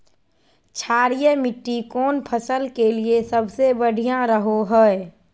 क्षारीय मिट्टी कौन फसल के लिए सबसे बढ़िया रहो हय?